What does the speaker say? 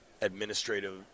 administrative